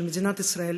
של מדינת ישראל,